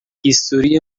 هیستوری